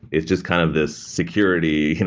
it's just kind of this security,